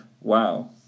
Wow